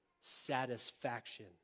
satisfaction